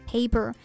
Paper